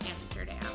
Amsterdam